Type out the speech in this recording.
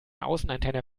außenantenne